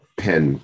pen